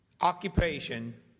occupation